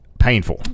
painful